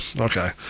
okay